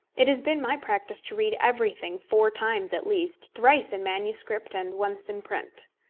it has been my practice to read everything four times at least thrice in manuscript and once in print.